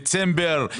דצמבר,